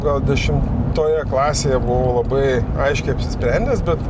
gal dešimtoje klasėje buvau labai aiškiai apsisprendęs bet